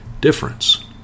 difference